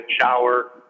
shower